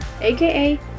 aka